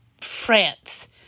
France